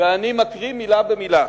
ואני מקריא מלה במלה: